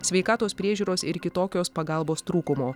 sveikatos priežiūros ir kitokios pagalbos trūkumo